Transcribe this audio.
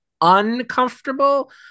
uncomfortable